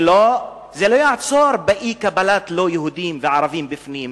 זה לא יעצור באי-קבלת לא-יהודים וערבים בפנים,